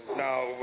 Now